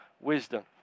wisdom